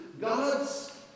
God's